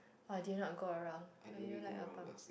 or did you not go around or are you like a bum